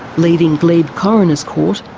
leaving glebe coroner's court,